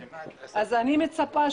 זה אינטרס לכל תושבי הנגב,